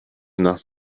enough